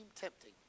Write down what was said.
tempting